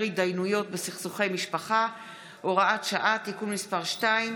התדיינויות בסכסוכי משפחה (הוראת שעה) (תיקון מס' 2),